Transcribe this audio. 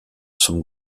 zum